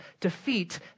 defeat